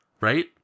Right